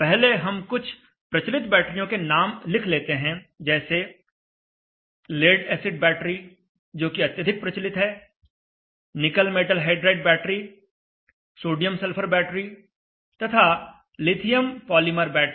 पहले हम कुछ प्रचलित बैटरियों के नाम लिख लेते हैं जैसे लेड एसिड बैटरी जोकि अत्यधिक प्रचलित है nickel metal hydride battery sodium sulphur battery तथा लिथियम पॉलीमर बैटरी